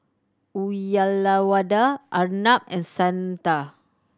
Uyyalawada Arnab and Santha